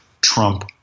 Trump